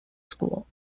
school